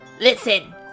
listen